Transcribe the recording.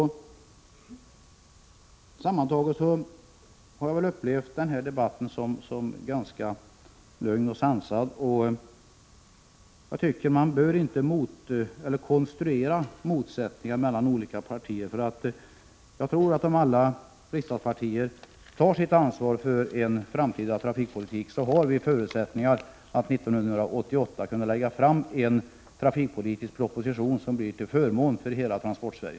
Sammantaget vill jag säga att jag har upplevt denna debatt som ganska lugn och sansad. Man bör inte heller konstruera motsättningar mellan olika partier. Jag tror, att om alla riksdagspartier tar sitt ansvar för den framtida trafikpolitiken, får vi förutsättningar att 1988 lägga fram en trafikpolitisk proposition som blir till förmån för hela Transportsverige.